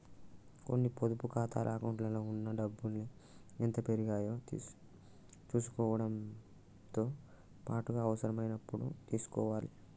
కొన్ని పొదుపు ఖాతాల అకౌంట్లలో ఉన్న డబ్బుల్ని ఎంత పెరిగాయో చుసుకోవడంతో పాటుగా అవసరమైనప్పుడు తీసుకోవాలే